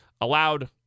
allowed